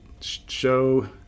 show